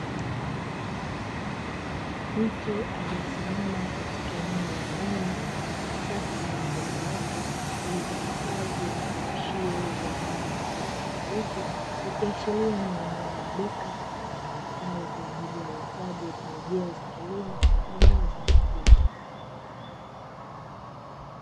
Mtu aliyesimama katika eneo la ndani, lenye safu zilizonyooka, zilizohifadhiwa vifungashio vya aina tofauti tofauti, ikiashiria ni eneo la duka litumikalo kwa ajili ya uuzaji wa pembejeo za kilimo na dawa za mifugo.